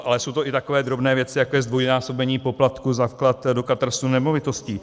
Ale jsou to i takové drobné věci, jako je zdvojnásobení poplatku za vklad do katastru nemovitostí.